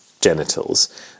genitals